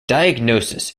diagnosis